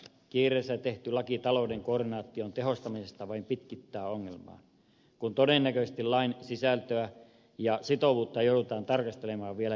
kiireessä tehty laki talouden koordinaation tehostamisesta vain pitkittää ongelmaa kun todennäköisesti lain sisältöä ja sitovuutta joudutaan tarkastelemaan vielä jälkikäteen